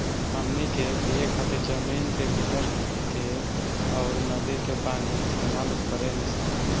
हमनी के पिए खातिर जमीन के भीतर के अउर नदी के पानी इस्तमाल करेनी सन